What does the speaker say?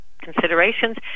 considerations